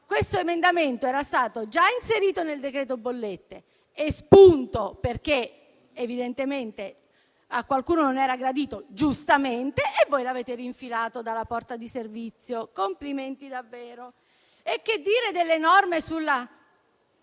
Questo emendamento era stato già inserito nel decreto-legge bollette, ma è stato espunto, perché evidentemente a qualcuno non era gradito (giustamente), ma voi ce lo avete infilato di nuovo dalla porta di servizio. Complimenti, davvero. E che dire delle norme sulla